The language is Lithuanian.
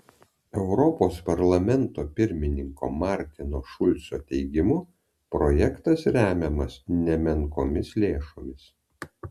europos parlamento pirmininko martino šulco teigimu projektas remiamas nemenkomis lėšomis